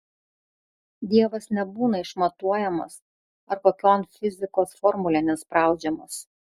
dievas nebūna išmatuojamas ar kokion fizikos formulėn įspraudžiamas